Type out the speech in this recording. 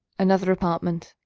another apartment.